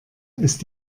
ist